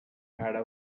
ada